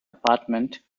apartment